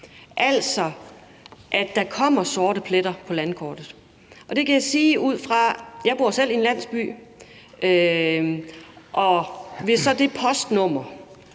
altså at der kommer sorte pletter på landkortet. Jeg bor selv i en landsby, og hvis det postnummer